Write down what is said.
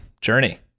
journey